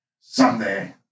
Someday